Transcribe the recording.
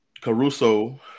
Caruso